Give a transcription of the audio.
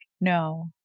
no